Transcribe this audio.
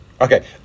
Okay